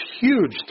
huge